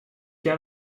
jaar